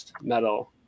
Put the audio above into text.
metal